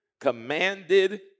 commanded